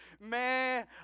man